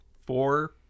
four